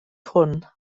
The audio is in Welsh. hwn